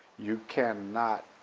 you cannot